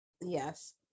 Yes